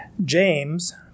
James